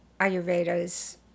Ayurveda's